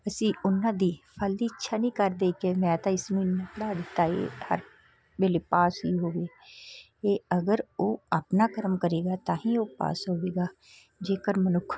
ਅਸੀਂ ਉਹਨਾਂ ਦੀ ਫਲ ਦੀ ਇੱਛਾ ਨਹੀਂ ਕਰਦੇ ਕਿ ਮੈਂ ਤਾਂ ਇਸਨੂੰ ਇੰਨਾ ਪੜਾ ਦਿੱਤਾ ਹੈ ਹਰ ਵੇਲੇ ਪਾਸ ਹੀ ਹੋਵੇ ਇਹ ਅਗਰ ਉਹ ਆਪਣਾ ਕਰਮ ਕਰੇਗਾ ਤਾਂ ਹੀ ਉਹ ਪਾਸ ਹੋਵੇਗਾ ਜੇਕਰ ਮਨੁੱਖ